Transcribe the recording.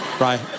right